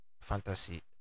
fantasy